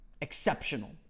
exceptional